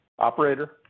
Operator